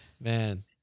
man